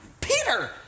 Peter